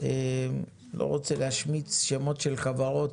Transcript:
לא רוצה להשמיץ שמות של חברות,